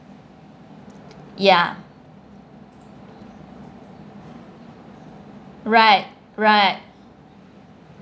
ya right right